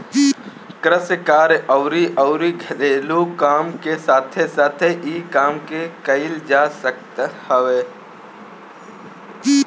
कृषि कार्य अउरी अउरी घरेलू काम के साथे साथे इ काम के कईल जा सकत हवे